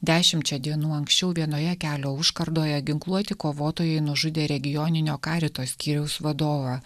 dešimčia dienų anksčiau vienoje kelio užkardoje ginkluoti kovotojai nužudė regioninio karito skyriaus vadovą